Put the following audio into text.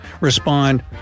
respond